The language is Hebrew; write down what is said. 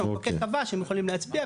שהמחוקק קבע שהם יכולים להצביע,